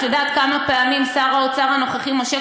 את יודעת כמה פעמים שר האוצר הנוכחי משה